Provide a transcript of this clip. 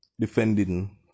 defending